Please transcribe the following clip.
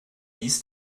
dies